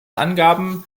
angaben